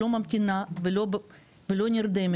לא ממתינה ולא נרדמת.